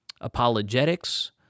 apologetics